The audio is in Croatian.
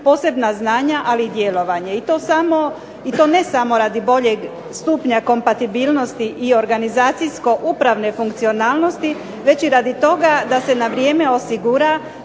posebna znanja, ali i djelovanje. I to ne samo radi boljeg stupnja kompatibilnosti i organizacijsko upravne funkcionalnosti već i radi toga da se na vrijeme osigura